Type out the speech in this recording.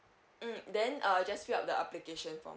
mm then uh just fill up the application form